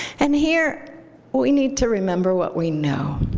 and here we need to remember what we know,